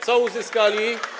Co uzyskali?